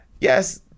yes